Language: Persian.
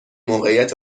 موقعیت